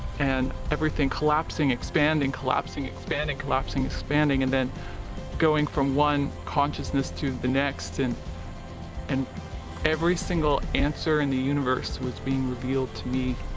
and everything collapsing expanding collapsing expanding collapsing expanding and then going from one consciousness to the next and and every single answer in the universe was being revealed to me